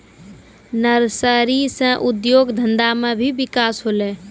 nursery से उद्योग धंधा मे भी बिकास होलै